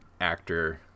actor